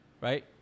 right